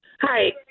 Hi